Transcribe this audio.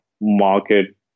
market